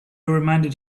reminded